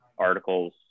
articles